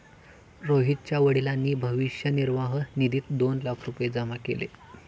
रोहितच्या वडिलांनी भविष्य निर्वाह निधीत दोन लाख रुपये जमा केले